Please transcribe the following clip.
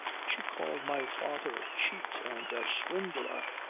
she called my father a cheat and a swindler!